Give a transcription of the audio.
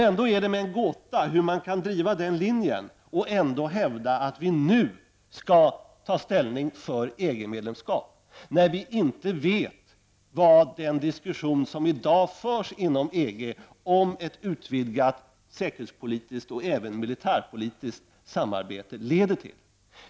Ändå är det mig en gåta hur moderaterna kan driva den linjen och ändå hävda att vi nu skall ta ställning för EG-medlemskap, när vi inte vet vad den diskussion som i dag förs inom EG om ett utvidgat säkerhetspolitiskt och även militärpolitiskt samarbete leder till.